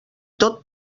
tot